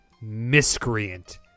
miscreant